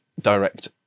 direct